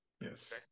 Yes